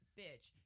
bitch